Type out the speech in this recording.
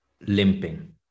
limping